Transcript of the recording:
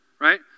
right